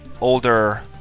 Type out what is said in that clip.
older